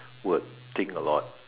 would think a lot